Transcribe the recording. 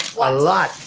what? a lot,